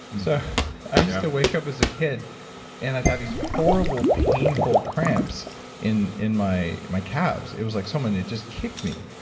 so i used to wake up as a kid and i've had these horrible painful cramps in in my my calves. it was like someone had just kicked me.